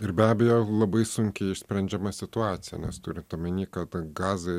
ir be abejo labai sunkiai išsprendžiama situacija nes turint omeny kad gaza